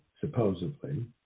supposedly